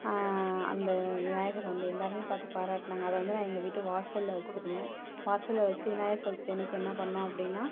அந்த விநாயகர் வந்து எல்லோருமே பார்த்து பாராட்னாங்க அதை வந்து நான் எங்கள் வீட்டு வாசலில் வெச்சுருந்தேன் வாசலில் வெச்சு விநாயகர் சதுர்த்தி அன்றைக்கி என்ன பண்ணிணோம் அப்படின்னா